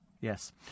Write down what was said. Yes